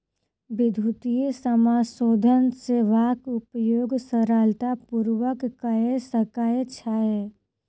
विद्युतीय समाशोधन सेवाक उपयोग सरलता पूर्वक कय सकै छै